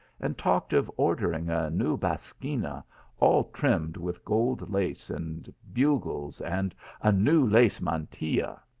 and talked of ordering a new basquina all trimmed with gold lace and bugles, and a new lace mantilla.